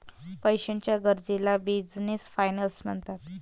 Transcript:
पैशाच्या गरजेला business finance म्हणतात